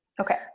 Okay